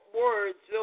words